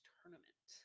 Tournament